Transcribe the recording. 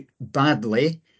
badly